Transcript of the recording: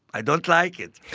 i don't like it.